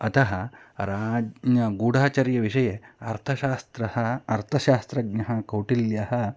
अतः राज्ञे गूढाचर्यविषये अर्थशास्त्रः अर्थशास्त्रज्ञः कौटिल्यः